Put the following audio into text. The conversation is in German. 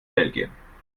belgien